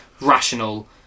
rational